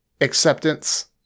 acceptance